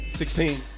sixteen